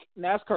NASCAR